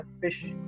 fish